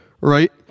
right